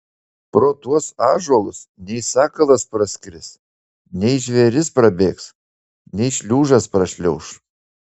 pro tuos ąžuolus nei sakalas praskris nei žvėris prabėgs nei šliužas prašliauš